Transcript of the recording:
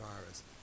virus